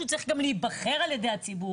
שהוא צריך גם להיבחר על ידי הציבור.